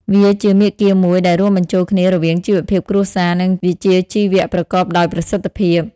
វាជាមាគ៌ាមួយដែលរួមបញ្ចូលគ្នារវាងជីវភាពគ្រួសារ និងវិជ្ជាជីវៈប្រកបដោយប្រសិទ្ធភាព។